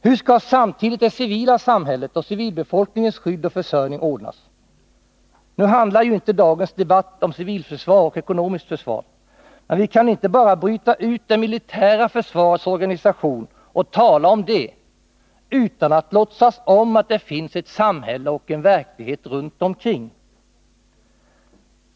Hur skall samtidigt det civila samhällets och civilbefolkningens skydd och försörjning ordnas? Nu handlar ju inte dagens debatt om civilförsvar och ekonomiskt försvar, men vi kan inte bara bryta ut det militära försvarets organisation och tala om den utan att låtsas om att det finns ett samhälle och en verklighet runt omkring.